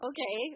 Okay